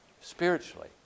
spiritually